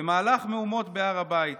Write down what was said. במהלך המהומות בהר הבית